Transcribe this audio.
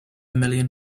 million